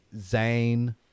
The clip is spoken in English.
Zane